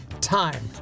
Time